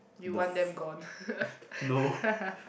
you want them gone